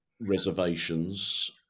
reservations